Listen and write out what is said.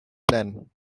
plan